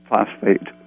phosphate